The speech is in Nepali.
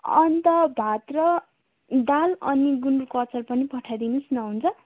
अन्त भात र दाल अनि गुन्द्रुकको अचार पनि पठाइदिनुहोस् न हुन्छ